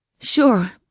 Sure